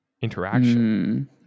interaction